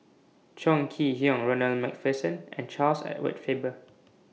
Chong Kee Hiong Ronald MacPherson and Charles Edward Faber